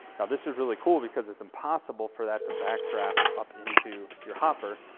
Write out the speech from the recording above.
now this is really cool because it's impossible for that to back draft up into your hopper.